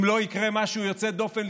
אם לא יקרה משהו יוצא דופן,